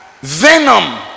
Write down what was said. venom